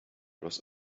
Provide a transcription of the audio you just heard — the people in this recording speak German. los